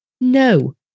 No